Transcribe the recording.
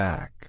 Back